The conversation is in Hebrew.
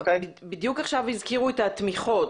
בדיוק עכשיו הזכירו את התמיכות,